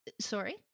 Sorry